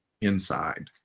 inside